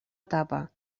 etapa